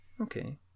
Okay